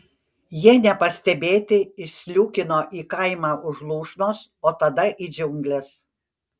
jie nepastebėti išsliūkino į kaimą už lūšnos o tada į džiungles